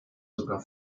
sogar